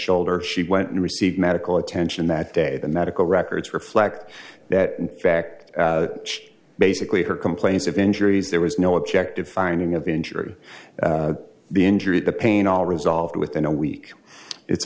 shoulder she went and received medical attention that day the medical records reflect that fact basically her complaints of injuries there was no objective finding of injury the injury and the pain all resolved within a week it's